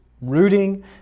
rooting